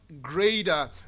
Greater